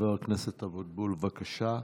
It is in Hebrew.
חבר הכנסת אבוטבול, בבקשה.